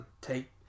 Take